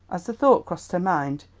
as the thought crossed her mind,